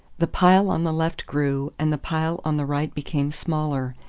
the pile on the left grew, and the pile on the right became smaller,